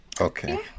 Okay